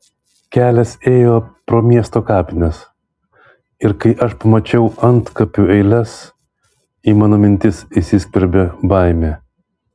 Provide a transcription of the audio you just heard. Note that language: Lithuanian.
kelias ėjo pro miesto kapines ir kai aš pamačiau antkapių eiles į mano mintis įsiskverbė baimė